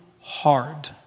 hard